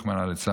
רחמנא ליצלן.